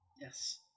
Yes